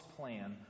plan